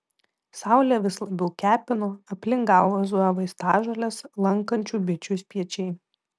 saulė vis labiau kepino aplink galvą zujo vaistažoles lankančių bičių spiečiai